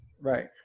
Right